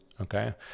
okay